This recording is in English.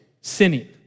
sinning